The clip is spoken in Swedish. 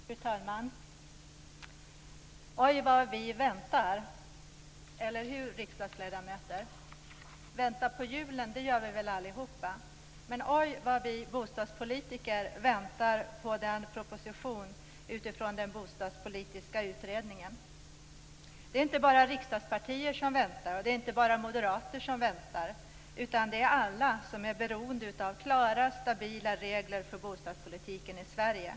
Fru talman! Oj, vad vi väntar. Eller hur, riksdagsledamöter! Väntar på julen gör vi väl allihop. Men oj, vad vi bostadspolitiker väntar på en proposition utifrån den bostadspolitiska utredningen. Det är inte bara riksdagspartier som väntar, och det är inte bara moderater som väntar utan alla som är beroende av klara stabila regler för bostadspolitiken i Sverige.